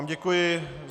Děkuji.